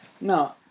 No